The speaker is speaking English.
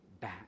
back